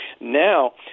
now